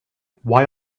why